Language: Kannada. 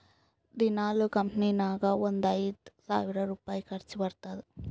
ದಿನಾಲೂ ಕಂಪನಿ ನಾಗ್ ಒಂದ್ ಐಯ್ದ ಸಾವಿರ್ ರುಪಾಯಿ ಖರ್ಚಾ ಬರ್ತುದ್